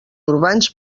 urbans